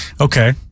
Okay